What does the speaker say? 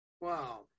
Wow